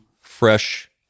fresh